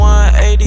180